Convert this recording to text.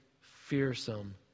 fearsome